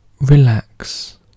relax